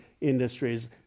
industries